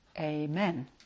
Amen